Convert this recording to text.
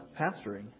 pastoring